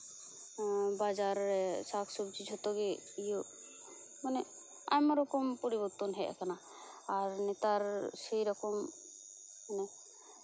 ᱵᱟᱡᱟᱨ ᱥᱟᱠᱼᱥᱚᱵᱡᱤ ᱡᱷᱚᱛᱚ ᱜᱮ ᱤᱭᱟᱹ ᱢᱟᱱᱮ ᱟᱭᱢᱟ ᱨᱚᱠᱚᱢ ᱯᱚᱨᱤᱵᱚᱨᱛᱚᱱ ᱦᱮᱡ ᱟᱠᱟᱱᱟ ᱟᱨ ᱱᱮᱛᱟᱨ ᱥᱮᱭᱨᱚᱠᱚᱢ ᱢᱟᱱᱮ